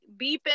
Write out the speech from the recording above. beeping